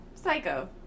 Psycho